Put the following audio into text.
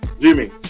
Jimmy